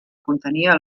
contenia